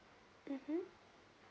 mmhmm